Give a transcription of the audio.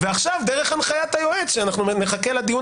ועכשיו דרך הנחית היועץ שאנחנו נחכה לדיון